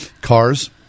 Cars